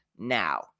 Now